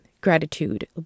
gratitude